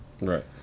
Right